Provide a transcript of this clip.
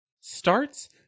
starts